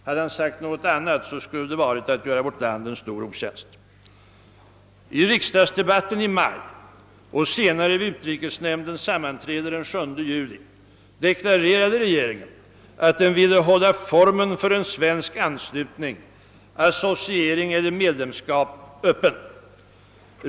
Hade han sagt någonting annat, skulle han ha gjort vårt land en stor otjänst. I riksdagsdebatten i maj och även vid utrikesnämndens sammanträde den 7 juli deklarerade regeringen, att den ville hålla formen för en svensk anslutning — associering eller medlemskap — öppen.